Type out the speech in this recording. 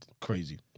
Crazy